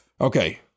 Okay